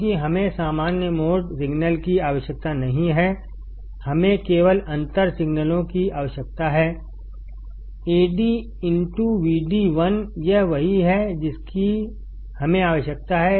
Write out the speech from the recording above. क्योंकि हमें सामान्य मोड सिग्नल की आवश्यकता नहीं है हमें केवल अंतर सिग्नलों की आवश्यकता है Ad Vd यह वही है जिसकी हमें आवश्यकता है